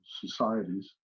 societies